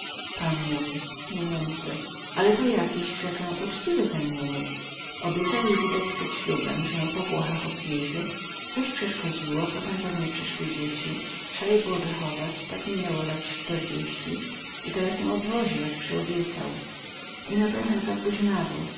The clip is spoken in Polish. pan mówi miemce ale to jakiś rzekę ućciwy ten miemiec obiecał jej widać przed ślubem ze ją po włochach obwiezie coś przeszkodziło potem pewnie przysły dzieci trza je było wychować tak minęło lat śtyrdzieści i teraz ją obwozi jak przyobiecał ino trochę za późnawo